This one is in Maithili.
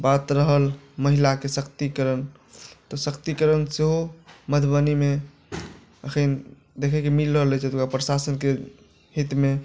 बात रहल महिलाके सशक्तिकरण तऽ सशक्तिकरण सेहो मधुबनीमे एखन देखैके मिल रहल अइ एतुका प्रशासनके हितमे